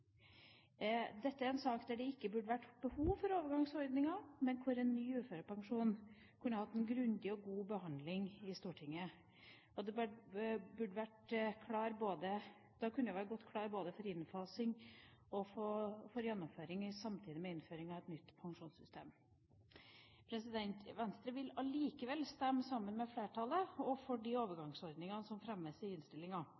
Dette er en sak der det ikke burde vært behov for overgangsordninger, men der en ny uførepensjon kunne hatt en grundig og god behandling i Stortinget. Da kunne vi vært klar for både innfasing og gjennomføring samtidig med innføring av et nytt pensjonssystem. Venstre vil allikevel stemme sammen med flertallet for de